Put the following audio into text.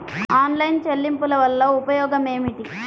Online చెల్లింపుల వల్ల ఉపయోగమేమిటీ?